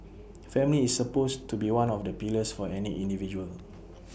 family is supposed to be one of the pillars for any individual